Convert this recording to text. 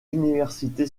université